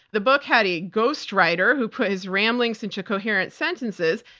the book had a ghostwriter who put his ramblings into coherent sentences,